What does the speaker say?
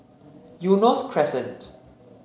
Eunos Crescent